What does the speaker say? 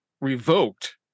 Revoked